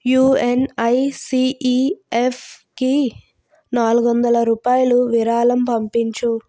యుఎన్ఐసిఈఎఫ్కి నాలుగు వందలు రూపాయలు విరాళం పంపించు